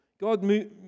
God